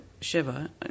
Shiva